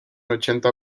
ochenta